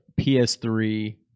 PS3